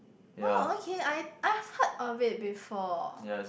oh okay I I've heard of it before